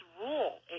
rule